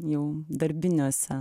jau darbiniuose